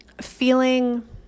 feeling